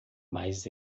mas